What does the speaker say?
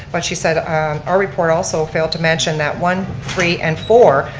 but she said our report also failed to mention that one, three, and four,